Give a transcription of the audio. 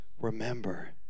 Remember